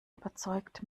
überzeugt